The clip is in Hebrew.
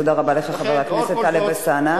תודה רבה לך, חבר הכנסת טלב אלסאנע.